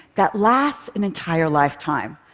that lasts an entire lifetime?